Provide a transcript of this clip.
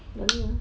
Domino's